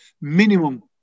minimum